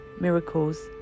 miracles